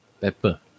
Pepper